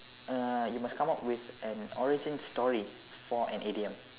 uh you must come up with an origin story for an idiom